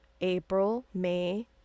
April-May